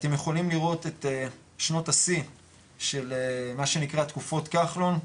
אתם יכולים לראות את שנות השיא של מה שנקרא תקופות כחלון,